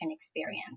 experience